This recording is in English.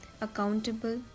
accountable